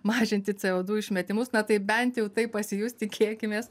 mažinti co du išmetimus na tai bent jau tai pasijus tikėkimės